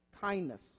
kindness